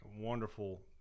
wonderful